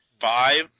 Five